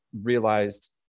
realized